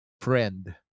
friend